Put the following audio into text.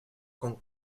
con